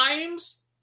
times